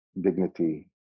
dignity